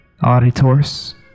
auditors